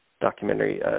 documentary